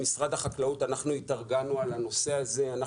(הצגת מצגת) אנחנו התארגנו על הנושא הזה במשרד החקלאות.